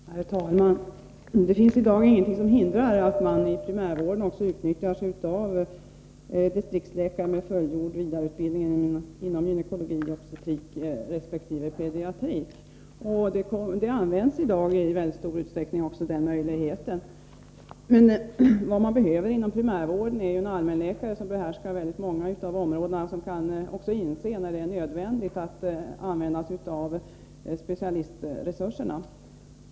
Herr talman! Det finns i dag ingenting som hindrar att man inom primärvården också utnyttjar sig av distriktsläkare med fullgjord vidareutbildning inom gynekologi och obstetrik resp. pediatrik. Denna möjlighet tas i stor utsträckning till vara i dag. Vad man behöver inom primärvården är en allmänläkare som behärskar många områden och som inser när det är nödvändigt att använda sig av specialistresurserna.